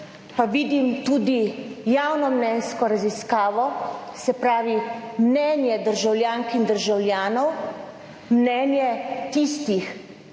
pa vidim tudi javnomnenjsko raziskavo, se pravi mnenje državljank in državljanov, mnenje tistih,